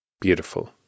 beautiful